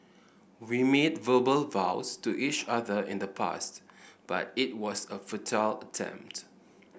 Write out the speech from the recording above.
we made verbal vows to each other in the past but it was a futile attempt